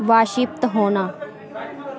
वाशिप्त होना